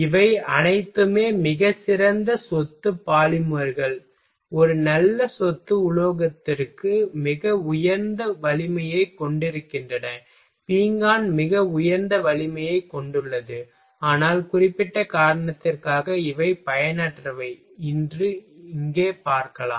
இவை அனைத்துமே மிகச் சிறந்த சொத்து பாலிமர்கள் ஒரு நல்ல சொத்து உலோகத்திற்கு மிக உயர்ந்த வலிமையைக் கொண்டிருக்கின்றன பீங்கான் மிக உயர்ந்த வலிமையைக் கொண்டுள்ளது ஆனால் குறிப்பிட்ட காரணத்திற்காக இவை பயனற்றவை என்று இங்கே பார்க்கலாம்